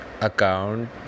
account